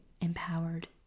empowered